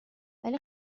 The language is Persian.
ولی